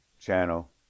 Channel